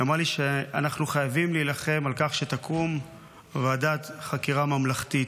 היא אמרה לי שאנחנו חייבים להילחם על כך שתקום ועדת חקירה ממלכתית.